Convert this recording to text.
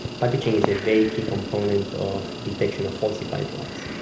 packaging is a very key component of detection of falsified drugs.